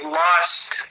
lost